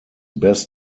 best